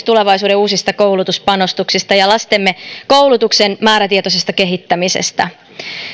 tulevaisuuden uusista koulutuspanostuksista ja lastemme koulutuksen määrätietoisesta kehittämisestä